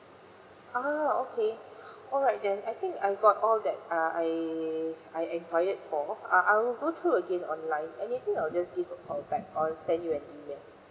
ah okay alright then I think I got all that uh I I enquired for uh I'll go through again online anything I'll just give a call back or send you an email